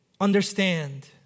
understand